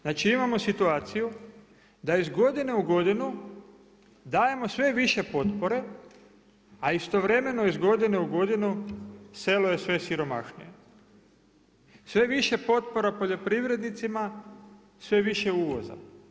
Znači imamo situaciju da iz godine u godinu dajemo sve više potpore a istovremeno iz godine u godinu selo je sve siromašnije, sve više potpora poljoprivrednicima, sve više uvoza.